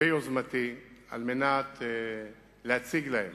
ביוזמתי, על מנת להציג להם